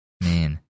Man